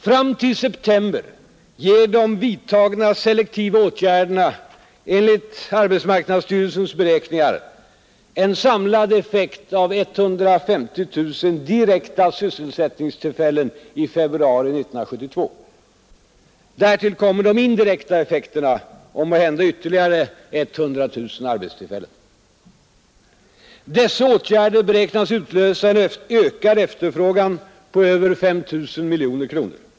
Fram till september ger de vidtagna selektiva ätgärderna enligt AMS:s beräkningar en samlad effekt av 150 000 direkta sysselsättningstillfällen i februari 1972. Därtill kommer de indirekta effekterna om måhända ytterligare 100 000 arbetstillfällen. Dessa åtgärder beräknas utlösa en ökad efterfrågan på över 5 000 miljoner kronor.